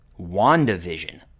WandaVision